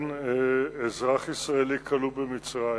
רבנים צבאיים מגיירים חיילים.